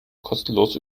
kostenlos